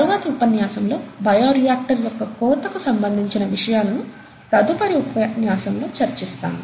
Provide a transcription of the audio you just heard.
తరువాతి ఉపన్యాసంలో bioreactor యొక్క కోతకు సంబంధించిన విషయాలను తదుపరి ఉపాన్యాసంలో చర్చిస్తాను